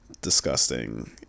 disgusting